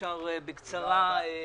אפשר בקצרה.